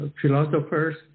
philosophers